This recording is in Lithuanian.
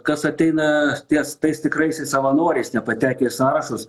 kas ateina ties tais tikraisiais savanoriais nepatekę į sąrašus